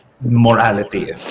morality